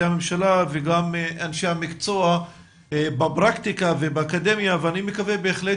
הממשלה וגם בין אנשי המקצוע בפרקטיקה ובאקדמיה ואני מקווה בהחלט